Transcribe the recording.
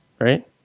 Right